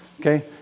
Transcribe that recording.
Okay